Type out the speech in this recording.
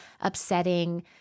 upsetting